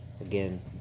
again